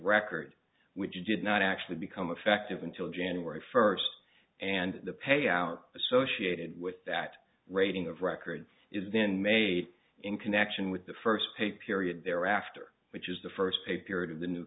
which did not actually become effective until january first and the payout associated with that rating of records is then made in connection with the first pay period thereafter which is the first pay period of the new